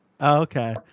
okay